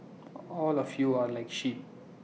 all of you are like sheep